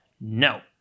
No